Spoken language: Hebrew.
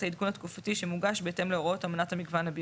ודיווח הביניים שהוגשו בהתאם להוראות סעיף זה